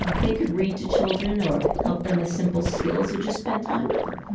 they could read to children or help them with simple skills or just spend time with them.